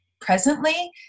presently